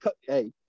hey